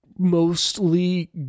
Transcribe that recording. Mostly